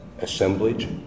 assemblage